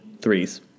threes